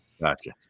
Gotcha